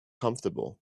comfortable